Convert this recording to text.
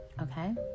okay